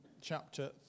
chapter